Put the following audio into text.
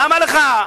למה לך?